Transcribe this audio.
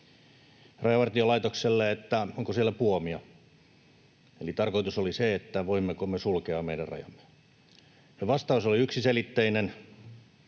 Rajavartiolaitokselle, että onko siellä puomia, eli tarkoitus oli se, voimmeko me sulkea meidän rajamme, ja vastaus oli yksiselitteinen: